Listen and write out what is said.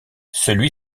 celui